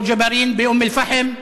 או ג'בארין באום-אלפחם.